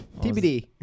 TBD